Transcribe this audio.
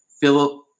Philip